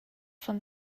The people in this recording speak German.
von